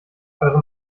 eure